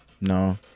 No